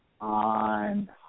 on